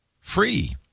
free